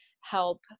help